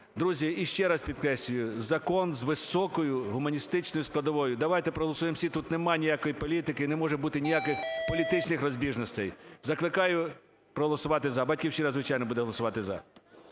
Друзі, і ще раз підкреслюю, закон з високою гуманістичною складовою. Давайте проголосуємо всі, тут нема ніякої політики і не може бути ніяких політичних розбіжносте. Закликаю проголосувати за, "Батьківщина", звичайно, буде голосувати за.